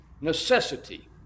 necessity